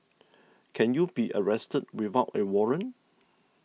can you be arrested without a warrant